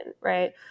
Right